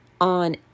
on